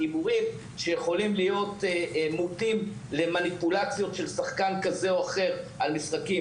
הימורים שיכולים להיות מוטים למניפולציות של שחקן כזה או אחר על משחקים,